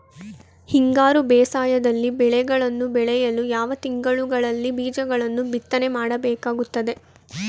ಹಿಂಗಾರು ಬೇಸಾಯದಲ್ಲಿ ಬೆಳೆಗಳನ್ನು ಬೆಳೆಯಲು ಯಾವ ತಿಂಗಳುಗಳಲ್ಲಿ ಬೀಜಗಳನ್ನು ಬಿತ್ತನೆ ಮಾಡಬೇಕಾಗುತ್ತದೆ?